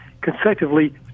consecutively